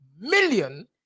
million